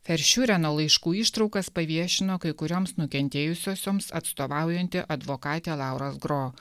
veršiureno laiškų ištraukas paviešino kai kurioms nukentėjusiosioms atstovaujanti advokatė laura sgro